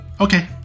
Okay